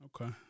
Okay